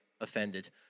offended